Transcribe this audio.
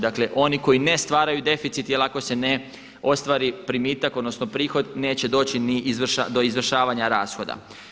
Dakle oni koji ne stvaraju deficit, jer ako se ne ostvari primitak odnosno prihod neće doći ni do izvršavanja rashoda.